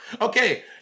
Okay